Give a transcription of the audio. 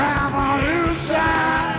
Revolution